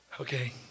Okay